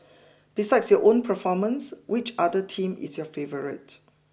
besides your own performance which other team is your favourite